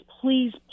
please